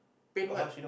pain what